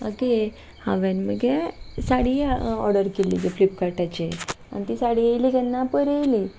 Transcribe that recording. okay हांवें मगे sari order केल्ली फ्लिपकार्टाचेर आनी ती साडी येयली केन्ना पयर येयली